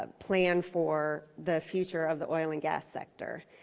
ah plan for the future of the oil and gas sector.